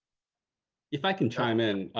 if i can chime in,